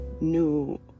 new